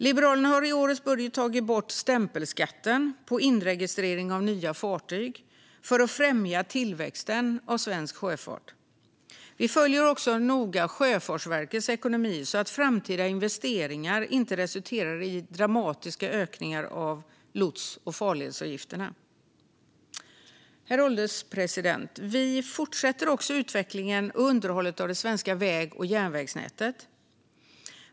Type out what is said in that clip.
Liberalerna har i årets budget tagit bort stämpelskatten på inregistrering av nya fartyg för att främja tillväxten av svensk sjöfart. Vi följer också noga Sjöfartsverkets ekonomi så att framtida investeringar inte resulterar i dramatiska ökningar av lots och farledsavgifterna. Herr ålderspresident! Vi fortsätter utvecklingen och underhållet av det svenska väg och järnvägsnätet.